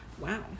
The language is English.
Wow